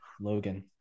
Logan